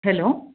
hello